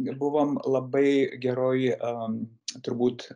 buvome labai geroj a turbūt